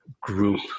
group